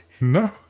No